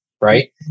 right